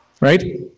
Right